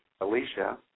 Alicia